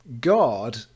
God